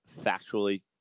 factually